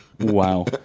Wow